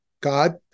God